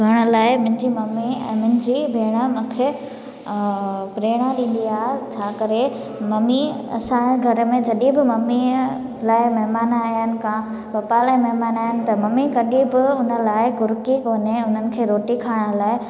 उन लाइ मुंहिंजी मम्मी ऐं मुंहिंजी भेणु मूंखे प्रेरणा ॾींदी आहे छा करे मम्मी असां घर में जॾहिं बि मम्मीअ लाइ महिमान आइन का त पाण महिमान आहियां त मम्मी कॾहिं बि हुन लाइ घुरखी कोन्हे त उन्हनि खे रोटी खाराइण लाइ